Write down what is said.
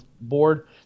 board